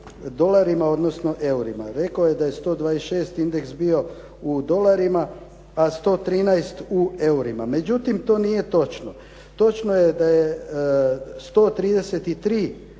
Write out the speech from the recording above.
dolarima odnosno eurima. Rekao je da je 126 indeks bio u dolarima a 113 u eurima. Međutim, to nije točno. Točno je da je 133 indeksnih